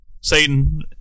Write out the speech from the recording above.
Satan